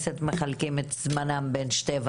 תודה על הדיון החשוב הזה.